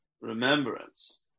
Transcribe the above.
remembrance